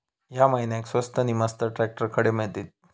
या महिन्याक स्वस्त नी मस्त ट्रॅक्टर खडे मिळतीत?